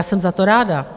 Jsem za to ráda.